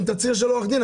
עם תצהיר של עורך דין.